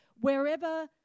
wherever